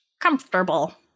comfortable